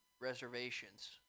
reservations